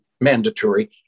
mandatory